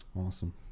Awesome